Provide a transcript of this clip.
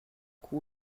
coup